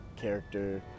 character